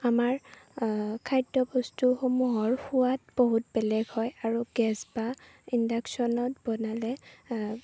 আমাৰ খাদ্যবস্তুসমূহৰ সোৱাদ বহুত বেলেগ হয় আৰু গেছ বা ইণ্ডাকশ্যনত বনালে